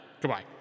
Goodbye